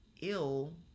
ill